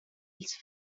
ils